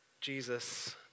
Jesus